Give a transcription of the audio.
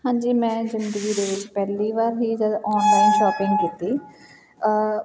ਹਾਂਜੀ ਮੈਂ ਜ਼ਿੰਦਗੀ ਦੇ ਵਿੱਚ ਪਹਿਲੀ ਵਾਰ ਹੀ ਜਦੋਂ ਔਨਲਾਈਨ ਸ਼ੋਪਿੰਗ ਕੀਤੀ